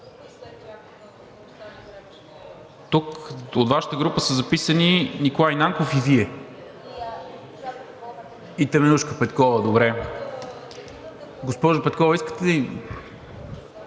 Тук от Вашата група са записани Николай Нанков и Вие. И Теменужка Петкова, добре. Госпожо Петкова, искате ли?